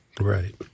Right